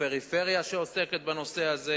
הפריפריה שעוסקת בנושא הזה.